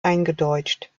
eingedeutscht